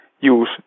use